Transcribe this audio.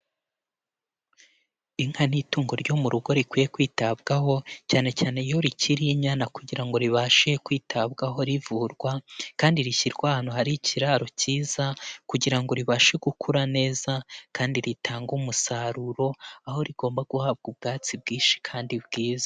Inka ni itungo ryo mu rugo rikwiye kwitabwaho cyane cyane iyo rikiri inyana, kugira ngo ribashe kwitabwaho rivurwa kandi rishyirwa ahantu hari ikiraro cyiza, kugira ngo ribashe gukura neza kandi ritange umusaruro, aho rigomba guhabwa ubwatsi bwinshi kandi bwiza.